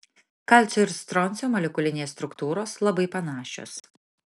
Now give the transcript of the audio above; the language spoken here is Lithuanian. kalcio ir stroncio molekulinės struktūros labai panašios